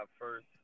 first